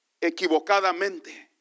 equivocadamente